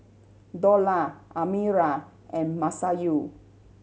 Dollah Amirah and Masayu